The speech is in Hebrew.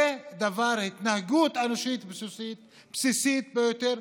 זו התנהגות אנושית בסיסית ביותר,